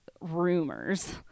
rumors